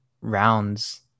rounds